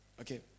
Okay